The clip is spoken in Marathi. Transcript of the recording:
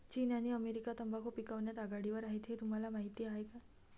चीन आणि अमेरिका तंबाखू पिकवण्यात आघाडीवर आहेत हे तुम्हाला माहीत आहे